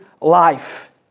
life